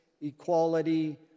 equality